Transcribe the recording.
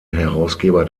herausgeber